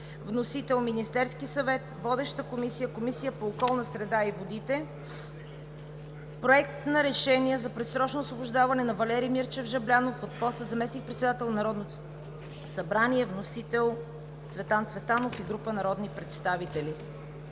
Вносител – Министерският съвет. Водеща е Комисията по околната среда и водите. Проект на решение за предсрочно освобождаване на Валери Мирчев Жаблянов от поста заместник-председател на Народното събрание. Вносители – Цветан Цветанов и група народни представители.